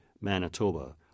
Manitoba